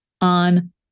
on